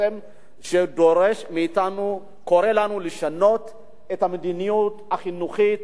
שקורא לנו לשנות את המדיניות החינוכית